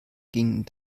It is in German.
ging